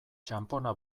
txanpona